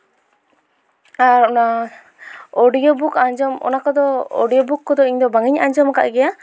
ᱟᱨ ᱚᱱᱟ audio book ᱟᱸᱡᱚᱢ ᱚᱱᱟ ᱠᱚᱫᱚ ᱳᱰᱤᱭᱳ ᱵᱩᱠ ᱠᱚᱫᱚ ᱤᱧ ᱫᱚ ᱵᱟᱝᱤᱧ ᱟᱸᱡᱚᱢ ᱠᱟᱜ ᱜᱮᱭᱟ